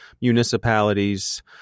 municipalities